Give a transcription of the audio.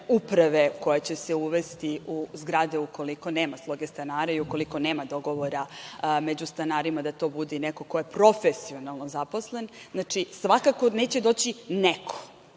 uprave koja će se uvesti u zgrade ukoliko nema sloge stanara i ukoliko nema dogovora među stanarima, da to bude neko ko je profesionalno zaposlen, svakako neće doći neko.